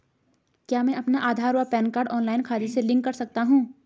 क्या मैं अपना आधार व पैन कार्ड ऑनलाइन खाते से लिंक कर सकता हूँ?